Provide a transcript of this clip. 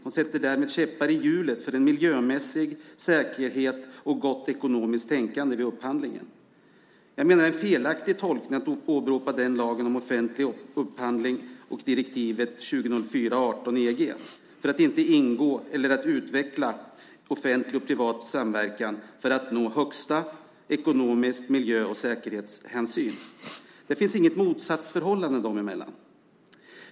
Man sätter därmed käppar i hjulet för en miljömässig säkerhet och gott ekonomiskt tänkande vid upphandlingen. Jag menar att det är fel att åberopa lagen om offentlig upphandling och direktivet 2004 EG för att inte ingå eller utveckla offentlig och privat samverkan för att nå högsta ekonomiska, miljö och säkerhetshänsyn. Det finns inget motsatsförhållande här.